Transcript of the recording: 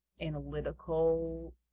analytical